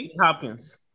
Hopkins